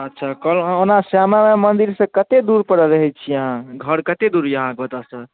अच्छा कहलहुॅं ओना श्यामा माइ मन्दिर सँ कते दूर पर रहै छियै अहाँ घर कते दूर यऽ अहाँके ओतऽ सँ